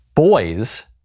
Boys